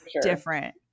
different